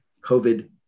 COVID